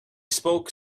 spoke